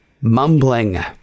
mumbling